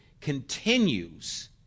continues